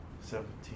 Seventeen